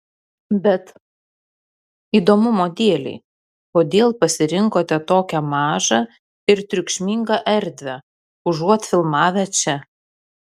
bet įdomumo dėlei kodėl pasirinkote tokią mažą ir triukšmingą erdvę užuot filmavę čia